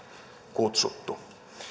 kutsuttu